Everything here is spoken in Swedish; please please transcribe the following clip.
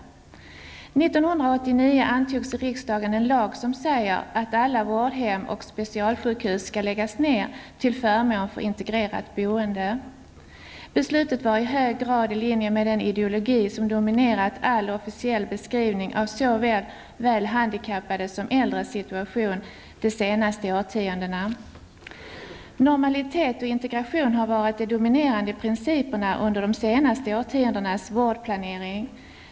År 1989 antogs i riksdagen en lag som säger att alla vårdhem och specialsjukhus skall läggas ner till förmån för integrerat boende. Beslutet var i hög grad i linje med den ideologi som dominerat all officiell beskrivning av såväl handikappades som äldres situation under de senaste årtiondena. Normalitet och integration har varit de dominerande principerna under de senaste årtiondenas vårdplanering.